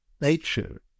Nature